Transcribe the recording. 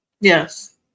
yes